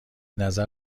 نظر